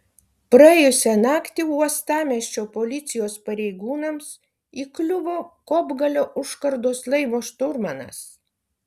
praėjusią naktį uostamiesčio policijos pareigūnams įkliuvo kopgalio užkardos laivo šturmanas